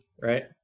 right